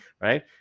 right